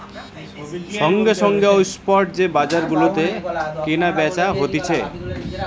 সঙ্গে সঙ্গে ও স্পট যে বাজার গুলাতে কেনা বেচা হতিছে